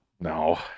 No